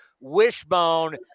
wishbone